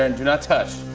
and do not touch.